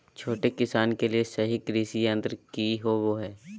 छोटे किसानों के लिए सही कृषि यंत्र कि होवय हैय?